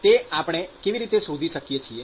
તે આપણે કેવી રીતે શોધી શકીએ છીએ